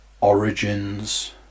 origins